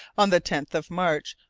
on the tenth of march,